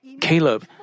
Caleb